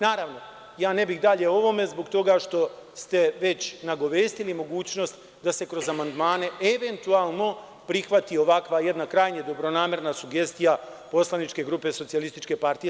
Naravno, ne bih dalje o ovome zbog toga što ste već nagovestili mogućnost da se kroz amandmane eventualno prihvati ovakva jedna krajnje dobronamerna sugestija poslaničke grupe SPS.